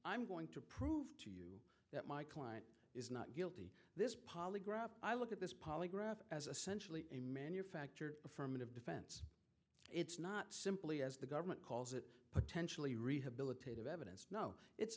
i'm going to prove to you that my client is not guilty this polygraph i look at this polygraph as essential a manufactured affirmative defense it's not simply as the government calls it potentially rehabilitative evidence no it's